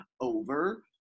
over